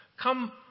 Come